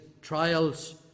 trials